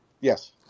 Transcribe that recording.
Yes